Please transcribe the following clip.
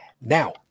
Now